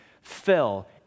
fell